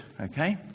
Okay